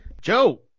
Joe